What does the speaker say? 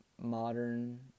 modern